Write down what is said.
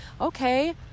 okay